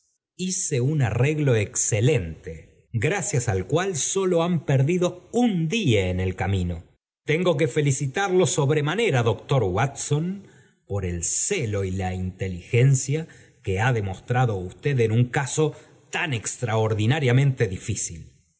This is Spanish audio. hice un arreglo excelente gracias al cual sólo han perdido un día en el camino tengo que felicitarlo sobre manera doctor watson por el celo y la inteligencia que ha demostrado usted en én caso tan extraordinariamente